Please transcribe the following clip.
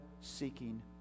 seeking